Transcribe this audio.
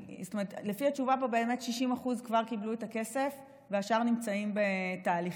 לפי התשובה פה 60% כבר קיבלו את הכסף והשאר נמצאים בתהליכים.